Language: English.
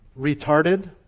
retarded